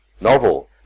novel